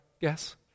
guess